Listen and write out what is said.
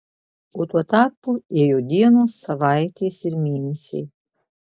o tuo tarpu ėjo dienos savaitės ir mėnesiai